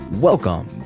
Welcome